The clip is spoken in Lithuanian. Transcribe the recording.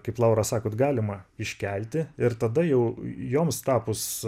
kaip laura sakot galima iškelti ir tada jau joms tapus